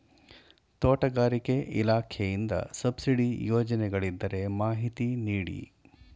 ತೋಟಗಾರಿಕೆ ಇಲಾಖೆಯಿಂದ ಸಬ್ಸಿಡಿ ಯೋಜನೆಗಳಿದ್ದರೆ ಮಾಹಿತಿ ನೀಡಿ?